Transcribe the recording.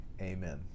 Amen